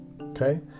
Okay